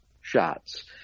shots